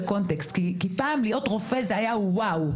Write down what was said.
פעם להיות רופא זה להיות וואו.